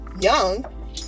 young